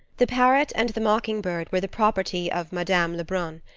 the parrot and the mockingbird were the property of madame lebrun,